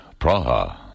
Praha